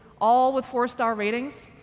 all with four-star ratings,